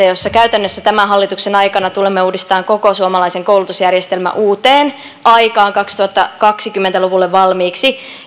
jossa käytännössä tämän hallituksen aikana tulemme uudistamaan koko suomalaisen koulutusjärjestelmän uuteen aikaan kaksituhattakaksikymmentä luvulle valmiiksi